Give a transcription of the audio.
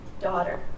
daughter